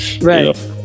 Right